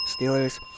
Steelers